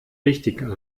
richtig